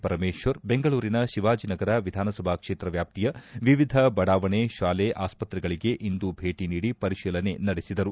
ಪರಮೇಶ್ವರ್ ಬೆಂಗಳೂರಿನ ಶಿವಾಜಿನಗರ ವಿಧಾನಸಭಾ ಕ್ಷೇತ್ರ ವ್ಯಾಪ್ತಿಯ ವಿವಿಧ ಬಡಾವಣೆ ಶಾಲೆ ಆಸ್ಪತ್ರೆಗಳಿಗೆ ಇಂದು ಭೇಟಿ ನೀಡಿ ಪರಿಶೀಲನೆ ನಡೆಸಿದರು